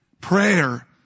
Prayer